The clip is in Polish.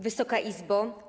Wysoka Izbo!